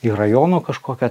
į rajono kažkokią